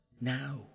now